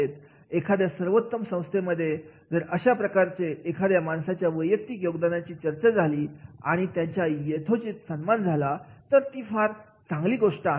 ' एखाद्या सर्वोत्तम संस्थेमध्ये दर अशाप्रकारे एखाद्या माणसाच्या वैयक्तिक योगदानाची चर्चा झाली आणि त्याचा यथोचित सन्मान झाला तर ती फार चांगली गोष्ट आहे